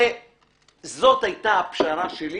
זאת היתה הפשרה שלי